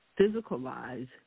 physicalize